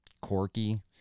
quirky